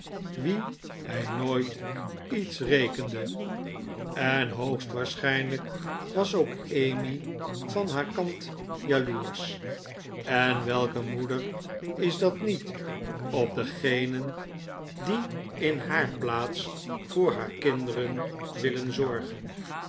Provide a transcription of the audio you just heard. wie hij nooit iets rekende en hoogstwaarschijnlijk was ook emmy van haar kant jaloersch en welke moeder is dat niet op degenen die in haar plaats voor haar kinderen willen zorgen